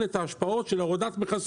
נעם תהיה רלוונטית יותר לנושא הריכוזיות,